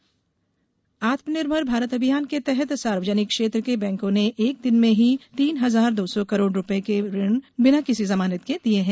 आत्मनिर्भर भारत आत्मनिर्भर भारत अभियान के तहत सार्वजनिक क्षेत्र के बैंकों ने एक दिन में ही तीन हजार दो सौ करोड रूपये के ऋण बिना किसी जमानत के दिये हैं